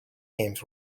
games